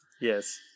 yes